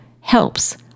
helps